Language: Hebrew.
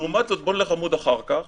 לעומת זאת, בואו נלך לעמוד אחר כך